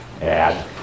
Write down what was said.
Add